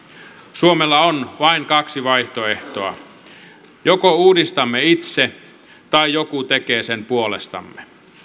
suomella on vain kaksi vaihtoehtoa joko uudistamme itse tai joku tekee sen puolestamme